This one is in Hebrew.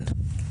כן.